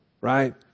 Right